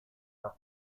are